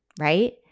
Right